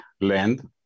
land